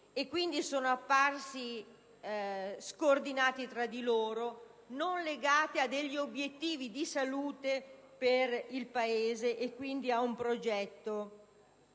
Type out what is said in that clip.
quindi, sono apparsi scoordinati tra loro, non legati ad obiettivi di salute per il Paese e quindi ad un progetto